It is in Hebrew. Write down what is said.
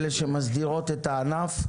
-- האלה שמסדירות את הענף,